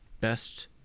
best